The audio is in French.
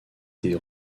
des